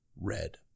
red